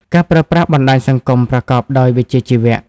ការប្រើប្រាស់បណ្តាញសង្គមប្រកបដោយវិជ្ជាជីវៈ។